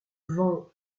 vents